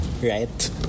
Right